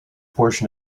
portion